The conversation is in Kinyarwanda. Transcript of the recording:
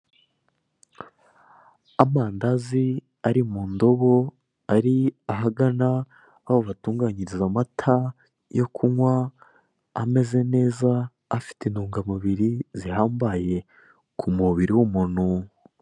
Amandazi ari mu ndobo ari ahagana aho batunganyiriza amata yo kunywa ameze neza afite intungamubiri zihambaye ku mubiri w'umuntu.